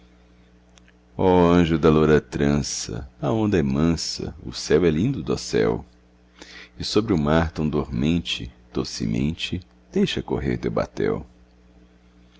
ó anjo da loura trança a onda é mansa o céu é lindo dossel e sobre o mar tão dormente docemente deixa correr teu batel